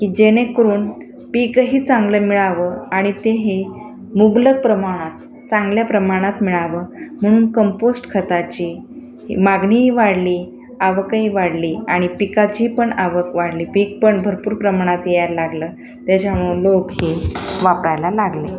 की जेणेकरून पीकंही चांगलं मिळावं आणि ते हे मुबलक प्रमाणात चांगल्या प्रमाणात मिळावं म्हणून कंपोस्ट खताची मागणी वाढली आवकही वाढली आणि पीकाची पण आवक वाढली पीक पण भरपूर प्रमाणात यायला लागलं त्याच्यामुळे लोक हे वापरायला लागले